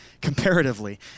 comparatively